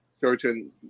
certain